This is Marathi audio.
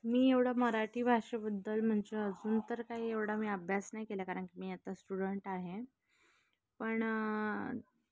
मी एवढं मराठी भाषेबद्दल म्हणजे अजून तर काही एवढा मी अभ्यास नाही केला कारण की मी आता स्टुडंट आहे पण